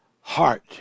heart